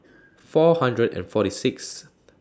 four hundred and forty Sixth